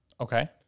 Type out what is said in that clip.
Okay